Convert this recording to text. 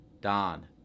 Don